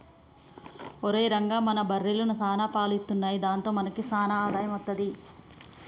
ఒరేయ్ రంగా మన బర్రెలు సాన పాలు ఇత్తున్నయ్ దాంతో మనకి సాన ఆదాయం అత్తది